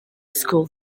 school